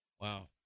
Wow